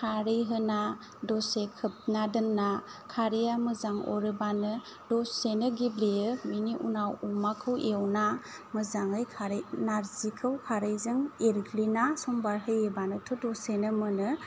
खारै होना दसे खोबना दोनना खारैया मोजां अरोबानो दसेनो गेब्लेयो बिनि उनाव अमाखौ एउना मोजाङै खारै नारजिखौ खारैखौ एरग्लिना सनबार होयोब्लानोथ' दसेनो मोनो